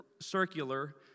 circular